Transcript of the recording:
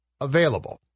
available